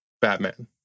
Batman